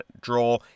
draw